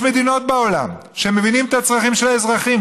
יש מדינות בעולם שמבינים בהן את הצרכים של האזרחים,